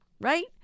right